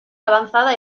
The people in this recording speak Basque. avanzada